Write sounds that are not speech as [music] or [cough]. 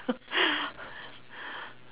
[laughs]